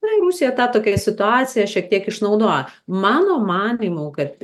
na ir rusija tą tokią situaciją šiek tiek išnaudoja mano manymu kad